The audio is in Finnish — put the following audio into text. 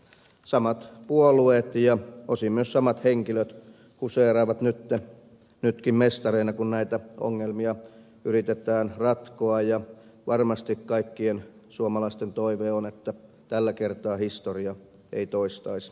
samat puolueet ja osin myös samat henkilöt huseeraavat nytkin mestareina kun näitä ongelmia yritetään ratkoa ja varmasti kaikkien suomalaisten toive on että tällä kertaa historia ei toistaisi itseään